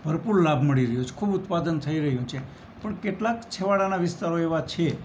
ભરપૂર લાભ મળી રહ્યો છે ખૂબ ઉત્પાદન થઈ રહ્યું છે પણ કેટલાક છેવાડાના વિસ્તારો એવા છે